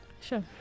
sure